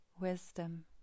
wisdom